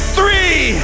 three